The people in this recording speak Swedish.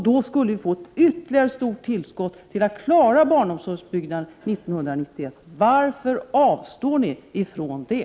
Då skulle vi få ett stort tillskott för att kunna klara barnomsorgsutbyggnaden 1991. Varför avstår ni från det?